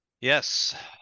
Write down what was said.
Yes